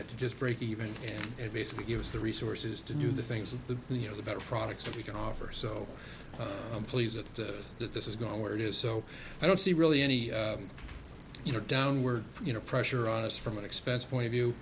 at to just break even and it basically gives the resources to do the things of the you know the better products that we can offer so i'm pleased that this is going where it is so i don't see really any you know downward you know pressure on us from an expense point of view